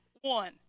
one